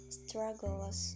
struggles